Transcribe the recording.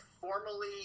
formally